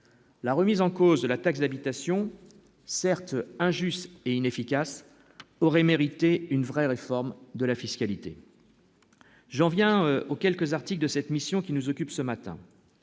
la remise en cause de la taxe d'habitation, certes injuste et inefficace, aurait mérité, une vraie réforme de la fiscalité, j'en viens aux quelques articles de cette mission qui nous occupe ce matin,